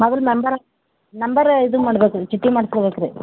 ಮೊದಲು number number ಇದು ಮಾಡ್ಬೇಕು ರೀ ಚೀಟಿ ಮಾಡ್ಸ್ಕಬೇಕು ರೀ